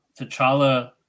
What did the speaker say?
T'Challa